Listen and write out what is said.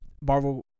Marvel